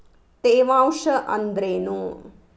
ತೇವಾಂಶ ಅಂದ್ರೇನು?